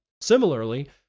Similarly